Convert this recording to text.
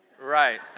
right